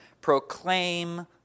proclaim